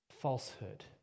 falsehood